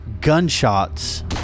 gunshots